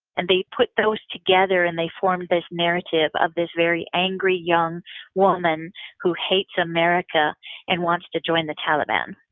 and they put those together and they formed this narrative of this very angry young woman who hates america and wants to join the taliban.